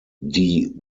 die